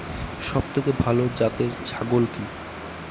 সবথেকে ভালো জাতের ছাগল কি?